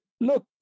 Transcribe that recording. look